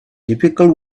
difficult